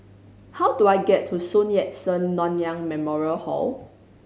how do I get to Sun Yat Sen Nanyang Memorial Hall